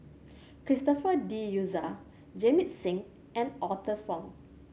Christopher De Souza Jamit Singh and Arthur Fong